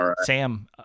sam